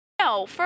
No